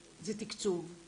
זה תקצוב,